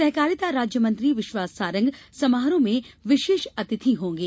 सहकारिता राज्य मंत्री विश्वास सारंग समारोह में विशेष अतिथि होंगे